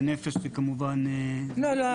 לנפש זה כמובן --- לא,